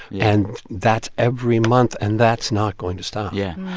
yeah and that's every month, and that's not going to stop yeah.